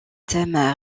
thème